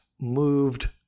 moved